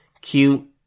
cute